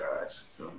guys